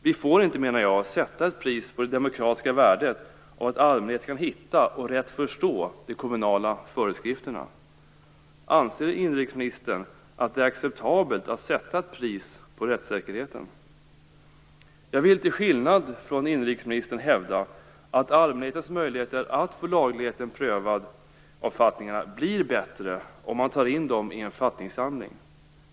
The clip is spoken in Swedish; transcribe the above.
Vi får inte, menar jag, sätta ett pris på det demokratiska värdet av att allmänheten kan hitta och rätt förstå de kommunala föreskrifterna. Anser inrikesministern att det är acceptabelt att sätta ett pris på rättssäkerheten? Jag vill, till skillnad från inrikesministern, hävda att allmänhetens möjligheter att få lagligheten av författningarna prövad blir bättre om man tar in dem i en författningssamling.